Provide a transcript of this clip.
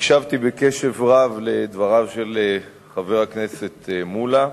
הקשבתי בקשב רב לדבריו של חבר הכנסת מולה,